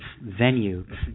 venue